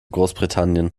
großbritannien